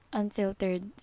unfiltered